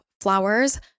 flowers